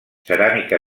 ceràmica